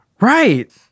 Right